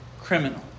criminal